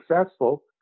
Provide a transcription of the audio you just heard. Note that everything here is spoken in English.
successful